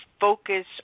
focus